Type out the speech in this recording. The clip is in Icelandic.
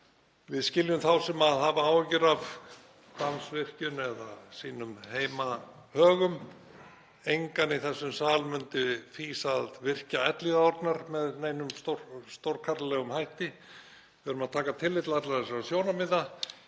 Við skiljum þá sem hafa áhyggjur af Hvammsvirkjun eða sínum heimahögum. Engan í þessum sal myndi fýsa að virkja Elliðaárnar með neinum stórkarlalegum hætti. Við verðum að taka tillit til allra þessara sjónarmiða.